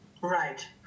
Right